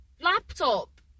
laptop